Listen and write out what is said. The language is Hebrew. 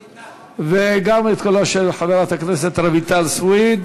וגם את קולה של חברת הכנסת רויטל סויד.